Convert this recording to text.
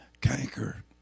canker